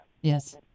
Yes